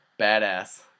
badass